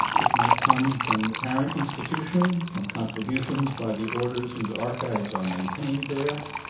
which might come from the parent institution, from contributions by the orders whose archives are maintained there,